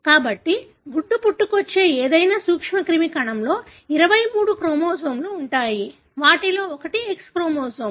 కాబట్టి గుడ్డు పుట్టుకొచ్చే ఏదైనా సూక్ష్మక్రిమి కణంలో 23 క్రోమోజోములు ఉంటాయి వాటిలో ఒకటి X క్రోమోజోమ్